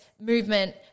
movement